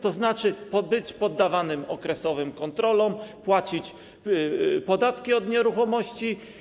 To znaczy: być poddawanym okresowym kontrolom, płacić podatki od nieruchomości.